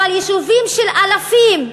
אבל יישובים של אלפים,